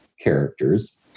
characters